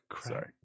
Sorry